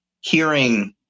hearing